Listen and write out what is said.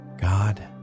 God